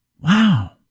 Wow